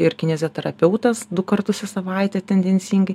ir kineziterapeutas du kartus į savaitę tendencingai